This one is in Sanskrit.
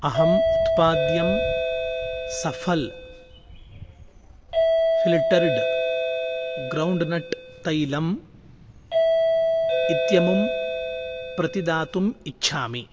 अहम् उत्पाद्यं सफ़ल् फ़्लिटर्ड् ग्रौण्ड्नट् तैलम् इत्यमुं प्रतिदातुम् इच्छामि